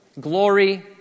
glory